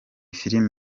film